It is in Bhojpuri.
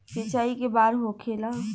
सिंचाई के बार होखेला?